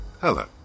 Hello